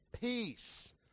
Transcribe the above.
Peace